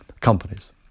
companies